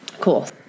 cool